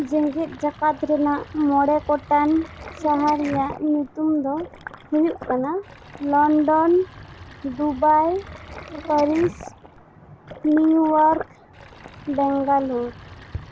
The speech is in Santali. ᱡᱮᱜᱮᱛ ᱡᱟᱠᱟᱛ ᱨᱮᱱᱟᱜ ᱢᱚᱬᱮ ᱜᱚᱴᱟᱝ ᱥᱟᱦᱟᱨ ᱨᱮᱭᱟᱜ ᱧᱩᱛᱩᱢ ᱫᱚ ᱦᱩᱭᱩᱜ ᱠᱟᱱᱟ London Dubai Paris New York Bengaluru